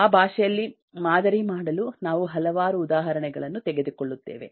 ಆ ಭಾಷೆಯಲ್ಲಿ ಮಾದರಿ ಮಾಡಲು ನಾವು ಹಲವಾರು ಉದಾಹರಣೆಗಳನ್ನು ತೆಗೆದುಕೊಳ್ಳುತ್ತೇವೆ